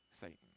Satan